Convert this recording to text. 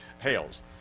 hails